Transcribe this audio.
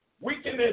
weakness